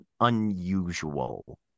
unusual